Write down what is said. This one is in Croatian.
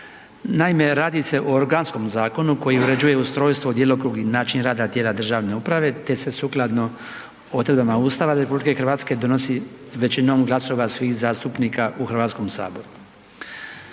Naime, radi se o organskom zakonu koji uređuje ustrojstvo, djelokrug i način rada tijela državne uprave, te se sukladno odredbama Ustava RH donosi većinom glasova svih zastupnika u HS.